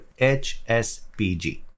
HSPG